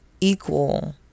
equal